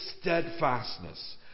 steadfastness